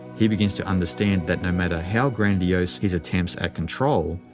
he begins to understand that no matter how grandiose his attempts at control,